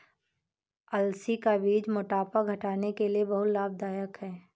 अलसी का बीज मोटापा घटाने के लिए बहुत लाभदायक है